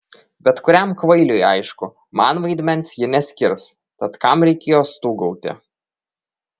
bet kuriam kvailiui aišku man vaidmens ji neskirs tad kam reikėjo stūgauti